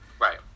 Right